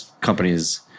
Companies